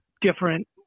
different